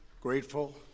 grateful